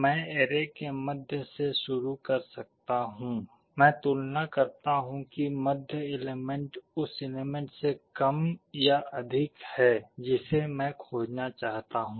मैं ऐरे के मध्य से शुरू कर सकता हूं मैं तुलना करता हूं कि मध्य एलेमेन्ट उस एलेमेन्ट से कम या अधिक है जिसे मैं खोजना चाहता हूं